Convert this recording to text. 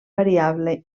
variable